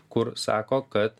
kur sako kad